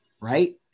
Right